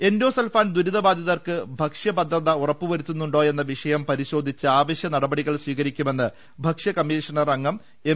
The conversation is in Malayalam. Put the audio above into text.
എൻഡോസൾഫാൻ ദുരിത ബാധിതകർക്ക് ഭക്ഷ്യഭദ്രത ഉറപ്പു വരുത്തുന്നുണ്ടോയെന്ന വിഷയം പരിശോധിച്ച് അവശ്യ നടപടികൾ സ്വീകരിക്കുമെന്ന് ഭക്ഷ്യകമ്മീഷണൻ അംഗം എം